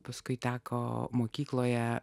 paskui teko mokykloje